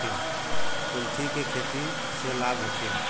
कुलथी के खेती से लाभ होखे?